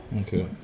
Okay